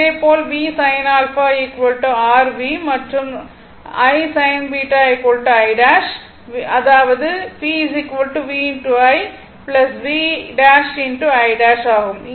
இதேபோல் V sin α r V 'மற்றும் I sin β I ' அதாவது P V I V ' I' ஆகும்